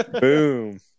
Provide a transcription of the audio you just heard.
boom